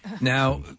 Now